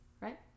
right